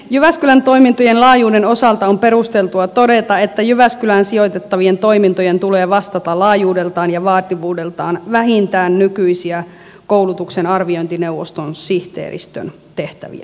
jyväskylän toimintojen laajuuden osalta on perusteltua todeta että jyväskylään sijoitettavien toimintojen tulee vastata laajuudeltaan ja vaativuudeltaan vähintään nykyisiä koulutuksen arviointineuvoston sihteeristön tehtäviä